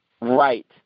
Right